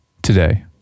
Today